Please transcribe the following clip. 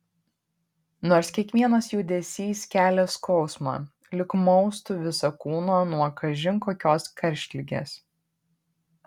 nors kiekvienas judesys kelia skausmą lyg maustų visą kūną nuo kažin kokios karštligės